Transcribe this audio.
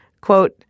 quote